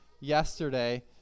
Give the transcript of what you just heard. yesterday